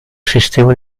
sistema